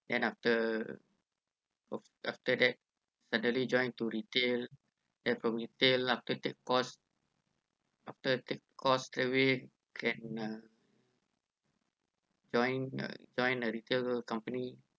then after of~ after that suddenly joined to retail then from retail after take course after take course then we can join uh join a retail company